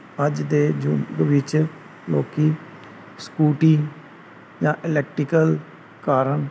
ਅੱਜ ਦੇ ਯੁੱਗ ਵਿੱਚ ਲੋਕ ਸਕੂਟੀ ਜਾਂ ਇਲੈਕਟਰੀਕਲ ਕਾਰਾਂ